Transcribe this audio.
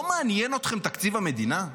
לא מעניין אתכם תקציב המדינה?